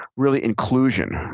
really, inclusion,